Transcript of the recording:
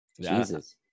Jesus